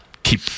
Keep